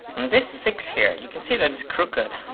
this six here you can see that it's crooked.